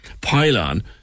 pylon